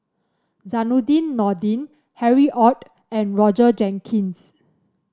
Zainudin Nordin Harry Ord and Roger Jenkins